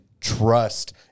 trust